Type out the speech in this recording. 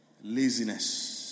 Laziness